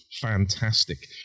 fantastic